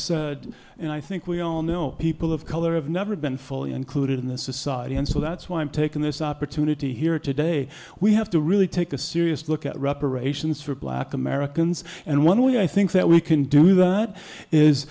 it and i think we all know people of color have never been fully included in this society and so that's why i'm taking this opportunity here today we have to really take a serious look at reparations for black americans and one way i think that we can do that is